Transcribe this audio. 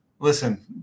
Listen